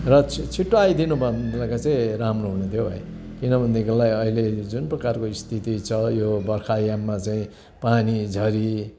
र छि छिटो आइदिनु भयो भनेदेखिलाई चाहिँ राम्रो हुने थियो भाइ किनभनेदेखिलाई अहिले जुन प्रकारको स्थिति छ यो बर्खायाममा चाहिँ पानी झरी